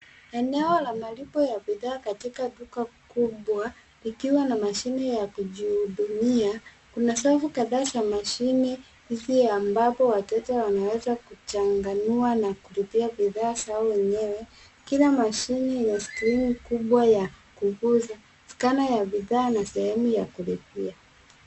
Eneo la malipo ya bidhaa katika duka kubwa likiwa na mashine ya kujihudumia. Kuna safu kadhaa za mashine hizi ambapo wateja wanaweza kuchanganua na kulipia bidhaa zao wenyewe. Kila mashine ina skirini kubwa ya kugusu, scanner ya bidhaa na sehemu ya kulipia.